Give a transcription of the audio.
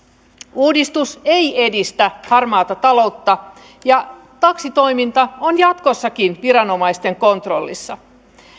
uudistus ei edistä harmaata taloutta ja taksitoiminta on jatkossakin viranomaisten kontrollissa